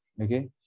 Okay